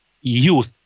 youth